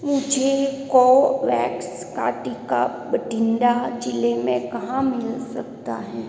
मुझे कोवैक्स का टीका बठिंडा जिले में कहाँ मिल सकता है